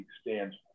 stands